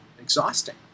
exhausting